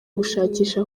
gushakisha